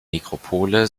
nekropole